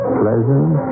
pleasant